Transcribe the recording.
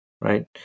right